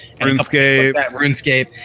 RuneScape